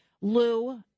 Lou